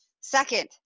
Second